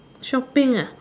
shopping ah